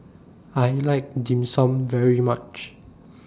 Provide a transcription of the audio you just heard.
I like Dim Sum very much